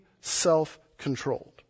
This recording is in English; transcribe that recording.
self-controlled